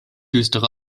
düstere